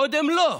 קודם לא,